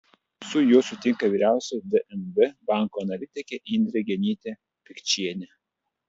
su juo sutinka vyriausioji dnb banko analitikė indrė genytė pikčienė